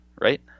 right